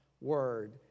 word